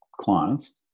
clients